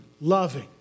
loving